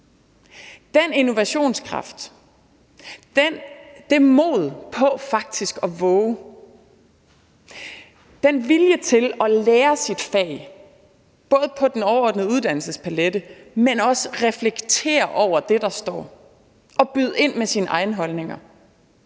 Den innovationskraft, det mod på faktisk at vove, den vilje til at lære sit fag, både på den overordnede uddannelsespalet, men også i forhold til at kunne reflektere over det, der står, og at kunne byde ind med sine egne holdninger